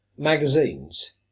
magazines